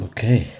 Okay